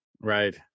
right